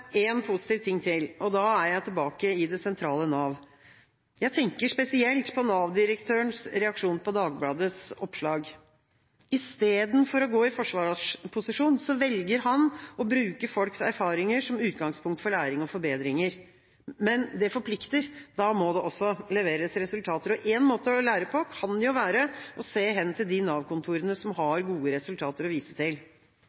positiv sak til, og da er jeg tilbake til det sentrale Nav. Jeg tenker spesielt på Nav-direktørens reaksjon på Dagbladets oppslag. I stedet for å gå i forsvarsposisjon velger han å bruke folks erfaringer som utgangspunkt for læring og forbedringer. Men det forplikter: Da må det også leveres resultater. Én måte å lære på kan jo være å se hen til de Nav-kontorene som